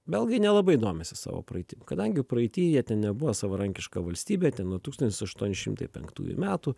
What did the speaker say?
belgai nelabai domisi savo praeitim kadangi praeity jie nebuvo savarankiška valstybė ten nuo tūkstantis aštuoni šimtai penktųjų metų